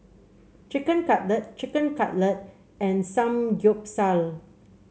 Chicken Cutlet Chicken Cutlet and Samgyeopsal